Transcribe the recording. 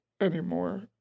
anymore